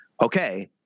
okay